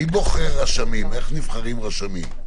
שר המשפטים, נשיאת בית המשפט העליון.